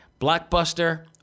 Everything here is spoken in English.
blockbuster